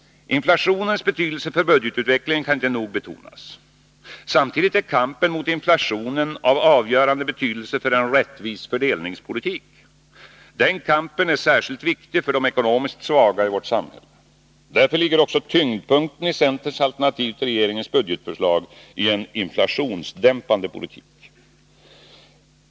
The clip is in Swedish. Inflationens betydelse för budgetutvecklingen kan inte nog betonas. Samtidigt är kampen mot inflationen av avgörande betydelse för en rättvis fördelningspolitik. Den kampen är särskilt viktig för de ekonomiskt svaga i vårt samhälle. Därför ligger också tyngdpunkten i centerns alternativ till regeringens budgetförslag i en inflationsdämpande politik.